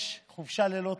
חופשה ללא תשלום,